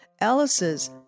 Alice's